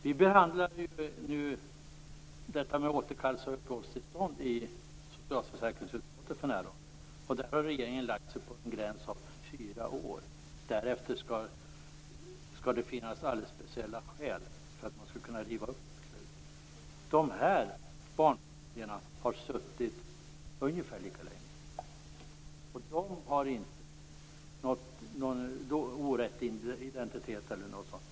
Vi behandlar för närvarande frågan om återkallande och uppehållstillstånd i socialförsäkringsutskottet. Regeringen har lagt sig på en gräns på fyra år. Därefter skall det finnas speciella skäl för att kunna riva upp ett beslut. Dessa barnfamiljer har varit här ungefär lika länge. De har inte uppgett orätt identitet.